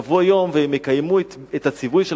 יבוא יום והם יקיימו את הציווי של